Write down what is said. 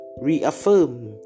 Reaffirm